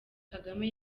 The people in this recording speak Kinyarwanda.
kagame